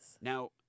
Now